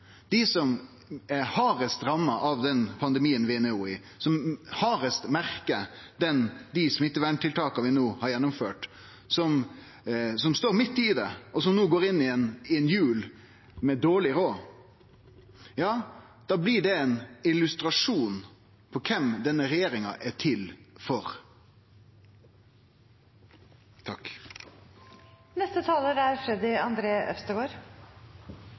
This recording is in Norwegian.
dei som er hardast ramma av den pandemien vi no har, som hardast merkar dei smitteverntiltaka vi no har gjennomført, som står midt i det, og som no går inn i ei jul med dårleg råd – ja, da blir det ein illustrasjon på kven denne regjeringa er til for. Representantene her i salen er